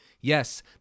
Yes